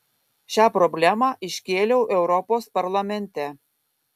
šią problemą iškėliau europos parlamente